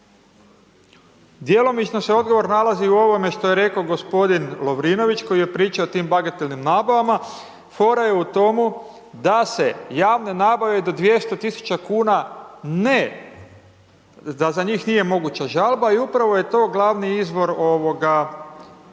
Djelomično se odgovor nalazi u ovome što je rekao g. Lovrinović koji je pričao o tim bagatelnim nabavama, fora je u tomu da se javne nabave do 200.000,00 kn ne, da za njih nije moguća žalba i upravo je to glavni izvor korupcije,